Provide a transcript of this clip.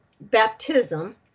baptism